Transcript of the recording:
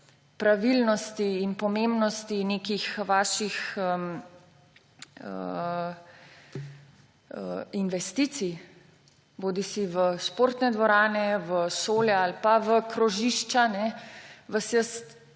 pravilnosti in pomembnosti nekih vaših investicij bodisi v športne dvorane, v šole ali pa v krožišča, vas jaz